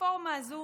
הרפורמה הזו